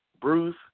Bruce